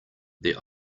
their